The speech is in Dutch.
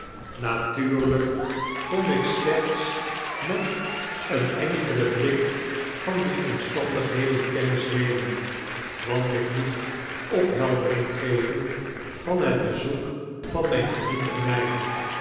natuurlyk kon ik slechts met een enkelen blik van die omstandigheden kennis nemen want ik moest opheldering geven van het bezoek van mfln vriend en mij